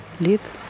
live